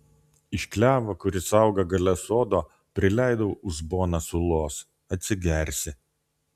iš klevo kuris auga gale sodo prileidau uzboną sulos atsigersi